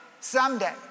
someday